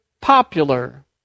popular